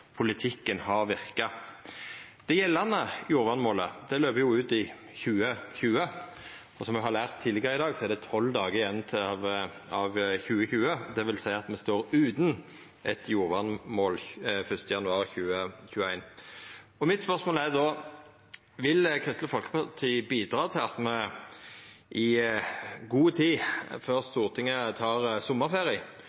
2020. Som me har lært tidlegare i dag, er det tolv dagar igjen av 2020. Det vil seia at me står utan eit jordvernmål 1. januar 2021. Spørsmålet mitt er då: Vil Kristeleg Folkeparti bidra til at me i god tid før